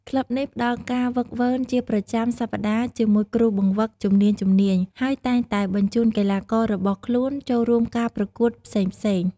ក្លឹបនេះផ្ដល់ការហ្វឹកហ្វឺនជាប្រចាំសប្តាហ៍ជាមួយគ្រូបង្វឹកជំនាញៗ ហើយតែងតែបញ្ជូនកីឡាកររបស់ខ្លួនចូលរួមការប្រកួតផ្សេងៗ។